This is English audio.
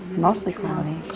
mostly cloudy,